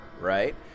right